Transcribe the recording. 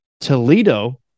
Toledo